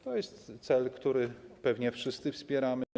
To jest cel, który pewnie wszyscy wspieramy.